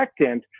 protectant